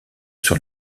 sur